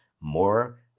more